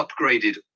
upgraded